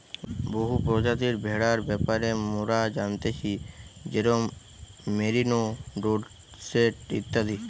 বহু প্রজাতির ভেড়ার ব্যাপারে মোরা জানতেছি যেরোম মেরিনো, ডোরসেট ইত্যাদি